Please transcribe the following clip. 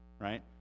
right